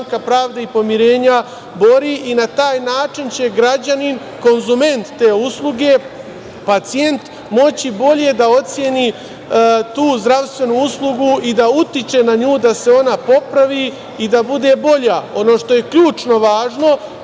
pravde i poverenja bori i na taj način će građanin, konzument te usluge, pacijent moći bolje da oceni tu zdravstvenu uslugu i da utiče na nju da se ona popravi i da bude bolja. Ono što je ključno važno,